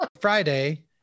Friday